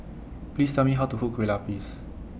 Please Tell Me How to Cook Kueh Lupis